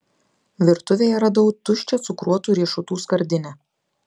virtuvėje radau tuščią cukruotų riešutų skardinę